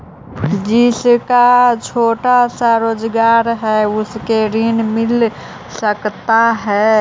जिसका छोटा सा रोजगार है उसको ऋण मिल सकता है?